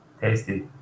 tasty